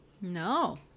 No